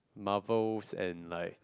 Marvels and like